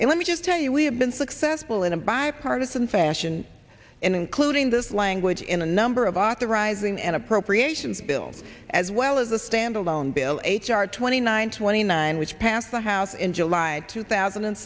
and let me just tell you we have been successful in a bipartisan fashion including this language in a number of authorizing an appropriations bill as well as a standalone bill h r twenty nine twenty nine which passed the house in july two thousand and